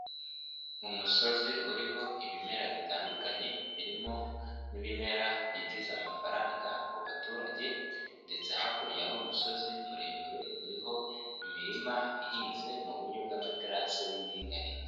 Umusozi uriho ibimera bitandukanye birimo n'ibimera byinjiza amafaranga kuba baturage ndetse hakurya hari umusozi muremure, uriho imirima ihinze mu buryo bw'amaterasi y'indinganire.